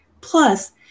Plus